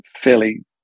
fairly